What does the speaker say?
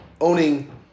owning